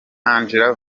angel